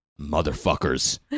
motherfuckers